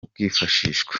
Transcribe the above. bwifashishwa